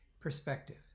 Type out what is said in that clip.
Perspective